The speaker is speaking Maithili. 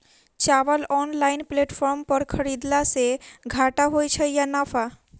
चावल ऑनलाइन प्लेटफार्म पर खरीदलासे घाटा होइ छै या नफा?